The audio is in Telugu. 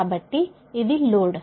కాబట్టి ఇది లోడ్